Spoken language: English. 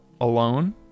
alone